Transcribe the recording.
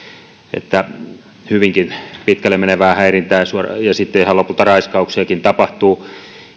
että hyvinkin pitkälle menevää häirintää ja sitten ihan lopulta raiskauksiakin tapahtuu